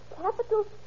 Capital